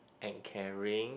and caring